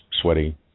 sweaty